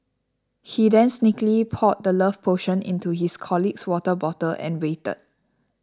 he then sneakily poured the love potion into his colleague's water bottle and waited